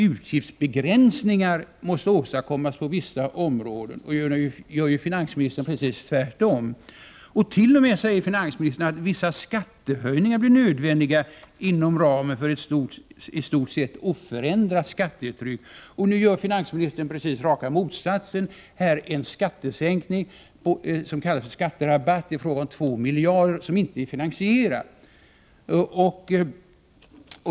——— Utgiftsbegränsningar måste åstadkommas på vissa områden.” Nu gör ju finansministern precis tvärtom. T. o. m. säger finansministern: ”Vissa skattehöjningar blir nödvändiga inom ramen för ett i stort sett oförändrat skattetryck.” Finansministern gör precis raka motsatsen genom en skattesänkning, som kallas för skatterabatt. Det är fråga om 2 miljarder som inte är finansierade.